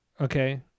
okay